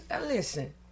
listen